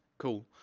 cool.